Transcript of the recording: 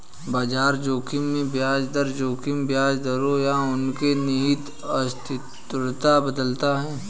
बाजार जोखिम में ब्याज दर जोखिम ब्याज दरों या उनके निहित अस्थिरता बदलता है